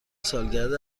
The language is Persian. سالگرد